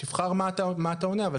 תבחר מה אתה עונה אבל תענה.